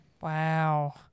Wow